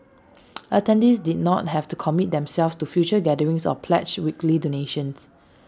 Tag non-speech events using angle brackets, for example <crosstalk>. <noise> attendees did not have to commit themselves to future gatherings or pledge weekly donations